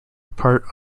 part